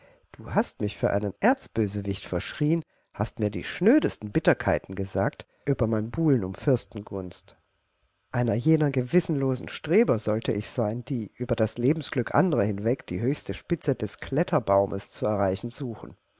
du hast mich für einen erzbösewicht verschrieen hast mir die schnödesten bitterkeiten gesagt über mein buhlen um fürstengunst einer jener gewissenlosen streber sollte ich sein die über das lebensglück anderer hinweg die höchste spitze des kletterbaumes zu erreichen suchen